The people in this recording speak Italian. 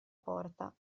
porta